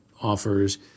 offers